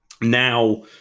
now